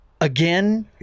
again